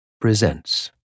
Presents